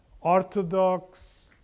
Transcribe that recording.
Orthodox